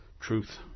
truth